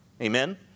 Amen